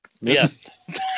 Yes